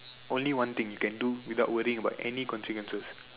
only one thing you can do without worrying about any consequences